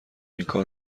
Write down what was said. اینکار